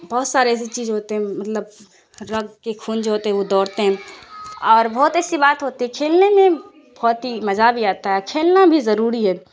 بہت سارے ایسی چیز ہوتے ہیں مطلب رگ کے خون جو ہوتے ہیں وہ دوڑتے ہیں اور بہت ایسی بات ہوتی ہے کھیلنے میں بہت ہی مزہ بھی آتا ہے کھیلنا بھی ضروری ہے